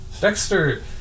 Dexter